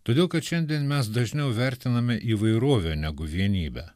todėl kad šiandien mes dažniau vertiname įvairovę negu vienybę